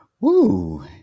Woo